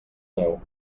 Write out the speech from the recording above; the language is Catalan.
neu